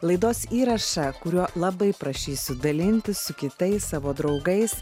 laidos įrašą kuriuo labai prašysiu dalintis su kitais savo draugais